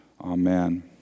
Amen